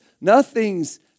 Nothing's